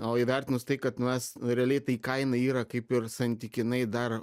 o įvertinus tai kad mes realiai tai kaina yra kaip ir santykinai dar